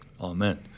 Amen